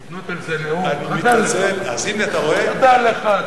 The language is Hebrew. לבנות על זה נאום, אז חדל לך.